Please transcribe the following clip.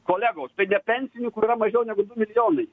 kolegos tai ne pensininkų yra mažiau negu du milijonai